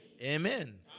Amen